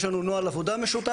יש לנו נוהל עבודה משותף.